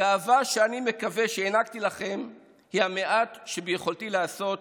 הגאווה שאני מקווה שהענקתי לכם היא המעט שביכולתי לעשות